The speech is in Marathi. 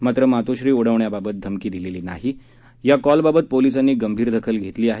मात्र मातोश्री उडवण्याबाबत धमकी दिलेली नाही या कॉल बाबत पोलिसांनी गंभीर दखल घेतलेली आहे